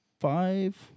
five